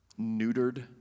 neutered